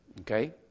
Okay